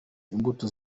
imbuto